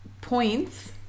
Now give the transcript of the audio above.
points